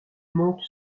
monte